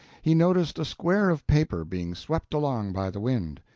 he noticed a square of paper being swept along by the wind.